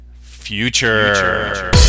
future